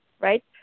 right